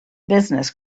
business